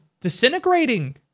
disintegrating